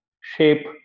shape